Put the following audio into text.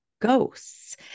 ghosts